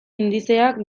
indizeak